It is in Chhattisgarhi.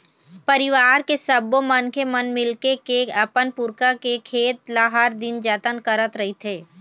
परिवार के सब्बो मनखे मन मिलके के अपन पुरखा के खेत ल हर दिन जतन करत रहिथे